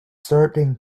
starting